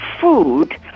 food